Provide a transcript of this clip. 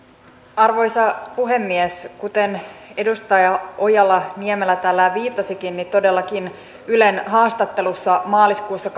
arvoisa puhemies kuten edustaja ojala niemelä täällä viittasikin niin todellakin ylen haastattelussa maaliskuussa